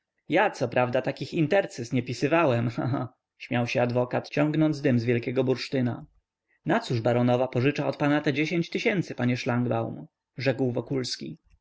ja co prawda takich intercyz nie pisywałem ha ha śmiał się adwokat ciągnąc dym z wielkiego bursztyna nacóż baronowa pożycza od pana te dziesięć tysięcy panie szlangbaum rzekł wokulski